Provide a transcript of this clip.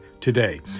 today